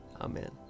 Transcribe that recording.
Amen